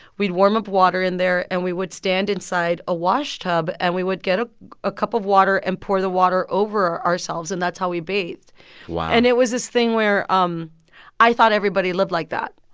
we'd warm up water in there. and we would stand inside a wash tub. and we would get ah a cup of water and pour the water over ourselves. and that's how we bathed wow and it was this thing where um i thought everybody lived like that,